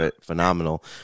phenomenal